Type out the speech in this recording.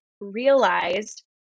realized